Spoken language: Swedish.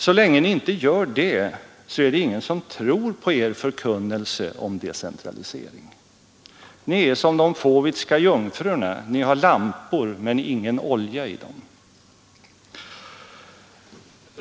Så länge ni inte gör det är det ingen som tror på er förkunnelse om decentralisering. Ni är som de fåvitska jungfruarna. Ni har lampor men ingen olja i dem.